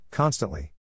Constantly